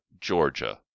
Georgia